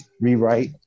rewrite